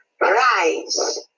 rise